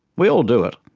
we all do it,